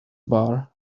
bar